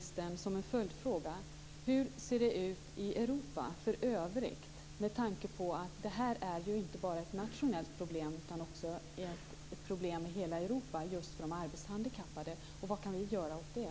som en följdfråga - hur det ser ut i Europa i övrigt. Det här är ju inte bara ett nationellt problem för de arbetshandikappade utan ett problem i hela Europa. Vad kan vi göra år det?